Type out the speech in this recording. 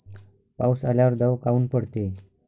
पाऊस आल्यावर दव काऊन पडते?